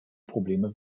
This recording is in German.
probleme